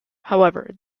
however